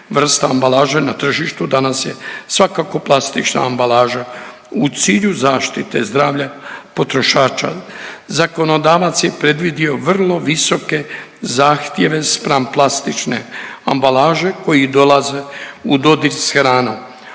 vrsta ambalaže na tržištu danas je svakako plastična ambalaža. U cilju zaštite zdravlja potrošača zakonodavac je predvidio vrlo visoke zahtjeve spram plastične ambalaže koji dolaze u dodir sa hranom.